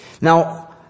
Now